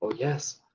ah yes,